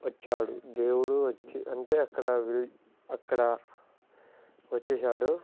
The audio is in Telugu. వచ్చాడు దేవుడు వచ్చి అంటే అక్కడ అక్కడ వచ్చేసాడు